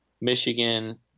Michigan